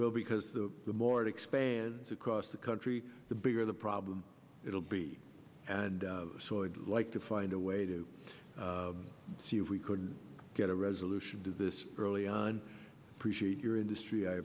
will because the the more it expands across the country the bigger the problem it will be and saw it like to find a way to see if we could get a resolution to this early on appreciate your industry i